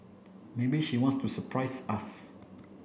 maybe she wants to surprise us